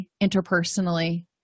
interpersonally